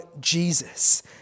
Jesus